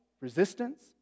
resistance